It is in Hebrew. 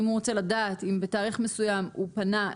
אם הוא רוצה לדעת אם בתאריך מסוים הוא פנה,